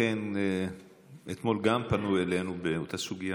אכן, אתמול פנו גם אלינו באותה סוגיה,